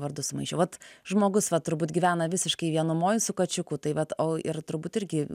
vardus maišiau vat žmogus vat turbūt gyvena visiškai vienumoj su kačiuku tai vat o ir turbūt irgi